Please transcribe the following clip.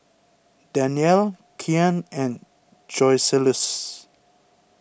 Danyelle Kyan and Joseluis